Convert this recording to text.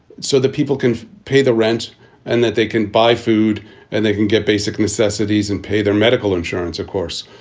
so that people can pay the rent and that they can buy food and they can get basic necessities and pay their medical insurance. of course,